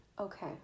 okay